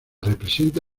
representa